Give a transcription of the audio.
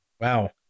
wow